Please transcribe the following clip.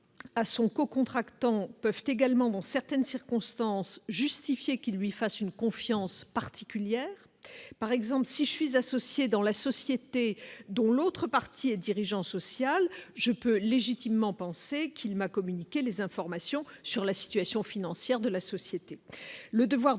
à son co-contractant peuvent également dans certaines circonstances, justifier qui lui fasse une confiance particulière, par exemple, si je suis associé dans la société, dont l'autre partie et dirigeant social je peux légitimement penser qu'il m'a communiqué les informations sur la situation financière de la société,